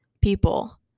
people